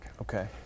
Okay